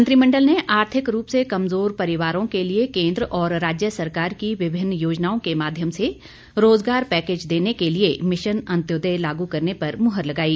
मंत्रिमंडल ने आर्थिक रूप से कमज़ोर परिवारों के लिए केन्द्र और राज्य सरकार की विभिन्न योजनाओं के माध्यम से रोजगार पैकेज देने के लिए मिशन अंतोदय लागू करने पर मुहर लगाई